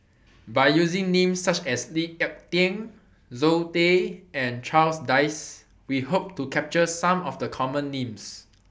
By using Names such as Lee Ek Tieng Zoe Tay and Charles Dyce We Hope to capture Some of The Common Names